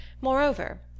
Moreover